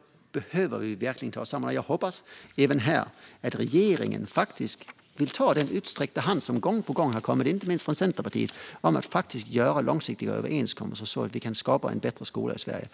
- behöver vi verkligen ta oss samman. Jag hoppas även här att regeringen vill ta den utsträckta hand som gång på gång har sträckts ut, inte minst från Centerpartiet, om att faktiskt göra långsiktiga överenskommelser så att vi kan skapa en bättre skola i Sverige.